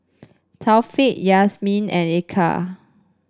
Taufik Yasmin and Eka